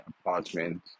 apartment